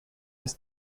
his